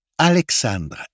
Alexandre